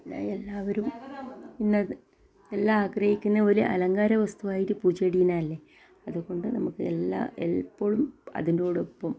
പിന്നെ എല്ലാവരും ഇന്നത് എല്ലാ ആഗ്രഹിക്കുന്ന പോലെ അലങ്കാര വസ്തുവായിട്ട് പൂ ചെടീനെ അല്ലേ അതുകൊണ്ട് നമുക്ക് എല്ലാ എല്ലാ എപ്പോഴും അതിൻ്റോടപ്പം